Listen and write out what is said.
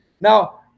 Now